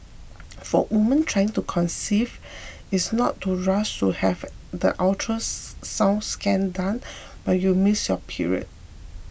for woman trying to conceive is not to rush to have the ultrasound scan done when you miss your period